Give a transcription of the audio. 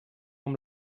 amb